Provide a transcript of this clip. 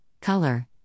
Color